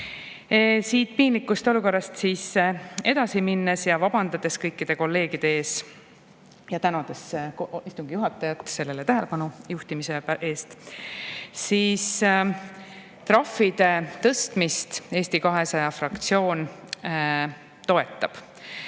Siit piinlikust olukorrast edasi minnes ja vabandades kõikide kolleegide ees ja tänades istungi juhatajat sellele tähelepanu juhtimise eest, ma märgin, et trahvide tõstmist Eesti 200 fraktsioon toetab.